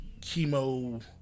chemo